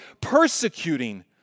persecuting